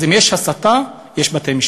אז אם יש הסתה, יש בתי-משפט.